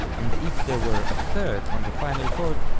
and if there were a third on the final chord,